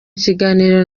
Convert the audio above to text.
kiganiro